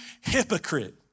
hypocrite